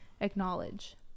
acknowledge